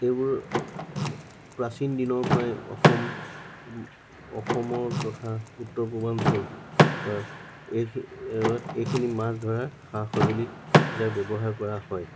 এইবোৰ প্ৰাচীন দিনৰ পৰাই অসম অসমৰ তথা উত্তৰ পূৰ্বাঞ্চল এই এইখিনি মাছ ধৰাৰ সা সঁজুলি হিচাপে ব্যৱহাৰ কৰা হয়